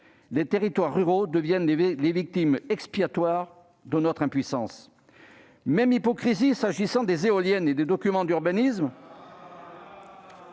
Les territoires ruraux deviennent les victimes expiatoires de notre impuissance ! La même hypocrisie règne s'agissant des éoliennes et des documents d'urbanisme.